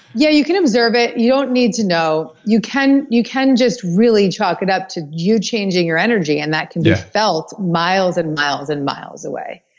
yeah, you can observe it, you don't need to know. you can you can just really chalk it up to you changing your energy, and that can be felt miles, and miles, and miles away.